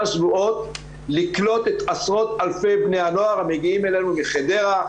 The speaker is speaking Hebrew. שבועות לקלוט את עשרות אלפי בני הנוער המגיעים אלינו מחדרה,